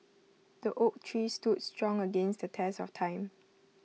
the oak tree stood strong against the test of time